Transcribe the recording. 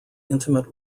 intimate